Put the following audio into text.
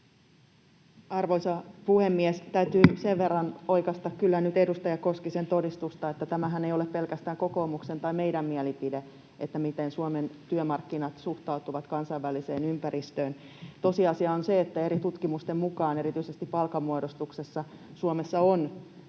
Arvoisa puhemies! Täytyy sen verran kyllä nyt oikaista edustaja Koskisen todistusta, että tämähän ei ole pelkästään kokoomuksen tai meidän mielipiteemme, miten Suomen työmarkkinat suhtautuvat kansainväliseen ympäristöön. Tosiasia on se, että eri tutkimusten mukaan erityisesti palkanmuodostuksessa Suomessa